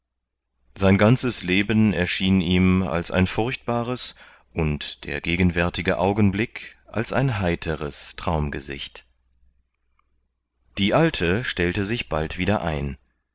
sein ganzes leben erschien ihm als ein furchtbares und der gegenwärtige augenblick als ein heiteres traumgesicht die alte stellte sich bald wieder ein